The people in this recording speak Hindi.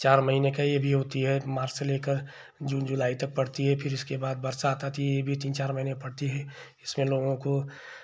चार महीने का ये भी होती है मार्च से लेकर जून जुलाई तक पड़ती है फिर इसके बाद बरसात आती है ये भी तीन चार महीने पड़ती है इसमें लोगों को